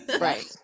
Right